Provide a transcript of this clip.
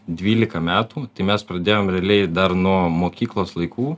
dvylika metų tai mes pradėjom realiai dar nuo mokyklos laikų